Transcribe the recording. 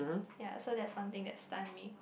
ya so that's one thing that stun me